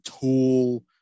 tool